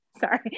sorry